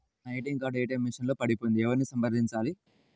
నా ATM card ATM machine లో పడిపోయింది ఎవరిని సంప్రదించాలి?